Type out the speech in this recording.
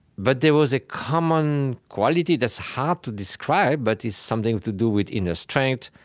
but there was a common quality that's hard to describe, but it's something to do with inner strength,